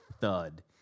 thud